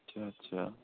اچھا اچھا